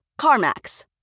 CarMax